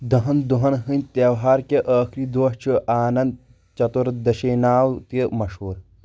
دَہن دۄہن ہِنٛدۍ تہوار کہِ ٲخری دۄہ چھُ اَنٛنت چَتُردشیناو تہِ مشہوُر